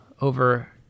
over